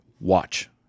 watch